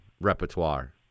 repertoire